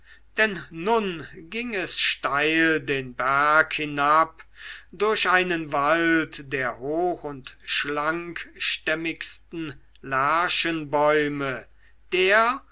denn nun ging es steil den berg hinab durch einen wald der hoch und schlankstämmigsten lärchenbäume der